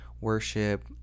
worship